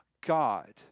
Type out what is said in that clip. God